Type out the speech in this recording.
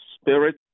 spirit